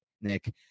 Nick